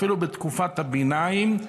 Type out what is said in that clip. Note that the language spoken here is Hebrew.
אפילו בתקופת הביניים,